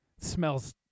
Smells